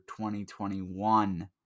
2021